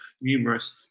numerous